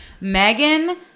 Megan